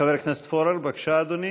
חבר הכנסת פורר, בבקשה, אדוני.